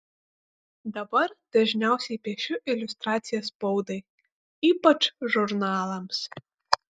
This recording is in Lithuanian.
dabar dažniausiai piešiu iliustracijas spaudai ypač žurnalams